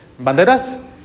banderas